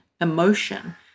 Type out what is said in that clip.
emotion